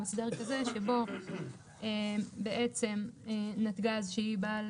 הוא הסדר כזה שבו בעצם נתג"ז שהיא בעל